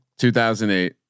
2008